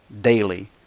daily